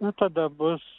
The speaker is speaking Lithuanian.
na tada bus